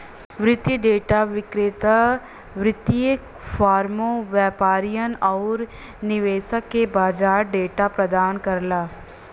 वित्तीय डेटा विक्रेता वित्तीय फर्मों, व्यापारियन आउर निवेशक के बाजार डेटा प्रदान करला